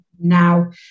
now